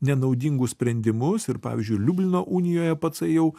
nenaudingus sprendimus ir pavyzdžiui liublino unijoje pacai jau